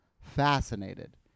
fascinated